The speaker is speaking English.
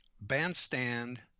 Bandstand